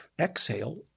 exhale